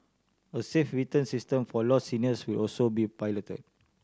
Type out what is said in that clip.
a safe return system for lost seniors will also be piloted